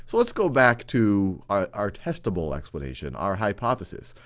so let's go back to our testable explanation, our hypothesis.